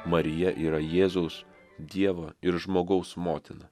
marija yra jėzaus dievo ir žmogaus motina